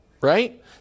Right